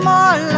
More